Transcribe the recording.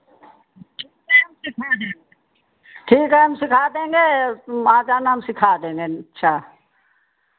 ठीक है हम सिखा देंगे ठीक है हम सिखा देंगे तुम आ जाना हम सिखा देंगे अच्छा